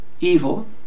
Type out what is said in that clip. evil